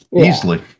easily